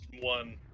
one